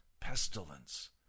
pestilence